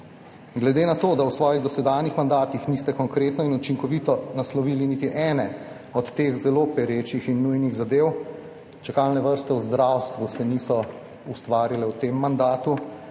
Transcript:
Glede na to, da v svojih dosedanjih mandatih niste konkretno in učinkovito naslovili niti ene od teh zelo perečih in nujnih zadev, čakalne vrste v zdravstvu se niso ustvarile v tem mandatu,